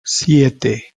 siete